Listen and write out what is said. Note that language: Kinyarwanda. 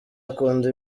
akunda